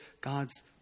God's